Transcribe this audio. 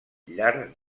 llar